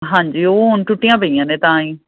ਹਾਂਜੀ ਉਹ ਹੁਣ ਟੁੱਟੀਆਂ ਪਈਆਂ ਨੇ ਤਾਂ ਹੀ